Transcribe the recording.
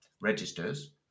registers